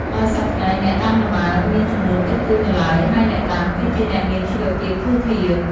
ដោយសព្វថ្ងៃ អ្នកដាំលម៉ើ មានចំនួនតិចតួចនៅឡើយ ហើយអ្នកដាំ គឺជាអ្នកមានជីវភាពធូរធារ។